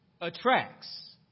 attracts